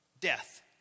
death